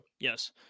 yes